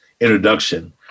introduction